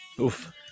Oof